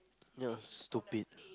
yeah stupid